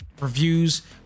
Reviews